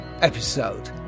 episode